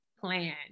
plan